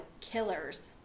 killers